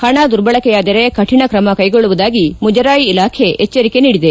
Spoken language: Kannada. ಹಣ ದುರ್ಬಳಕೆಯಾದರೆ ಕಠಿಣ ಕ್ರಮ ಕೈಗೊಳ್ಳುವುದಾಗಿ ಮುಜರಾಯಿ ಇಲಾಖೆ ಎಚ್ಚರಿಕೆ ನೀಡಿದೆ